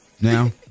Now